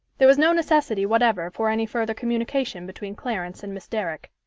there was no necessity whatever for any further communication between clarence and miss derrick.